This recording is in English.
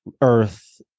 Earth